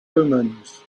omens